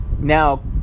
now